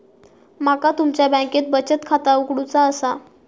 माका तुमच्या बँकेत बचत खाता उघडूचा असा?